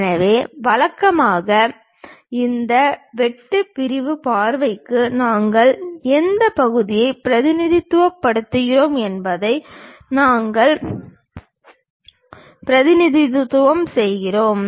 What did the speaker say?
எனவே வழக்கமாக இந்த வெட்டு பிரிவு பார்வைக்கு நாங்கள் எந்த பகுதியை பிரதிநிதித்துவப்படுத்துகிறோம் என்பதை நாங்கள் பிரதிநிதித்துவப்படுத்துகிறோம்